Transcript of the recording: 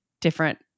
different